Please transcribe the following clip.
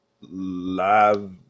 live